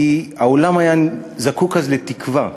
כי העולם היה זקוק אז לתקווה.